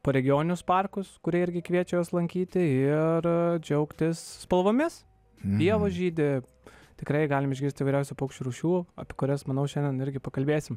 po regioninius parkus kurie irgi kviečia juos lankyti ir džiaugtis spalvomis pievos žydi tikrai galim išgirsti įvairiausių paukščių rūšių apie kurias manau šiandien irgi pakalbėsim